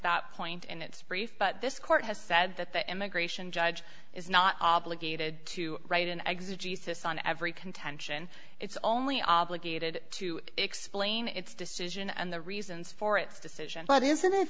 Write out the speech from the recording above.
that point in its brief but this court has said that the immigration judge is not obligated to write an exit jesus on every contention it's only obligated to explain its decision and the reasons for its decision but isn't it